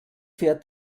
fährt